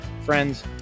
friends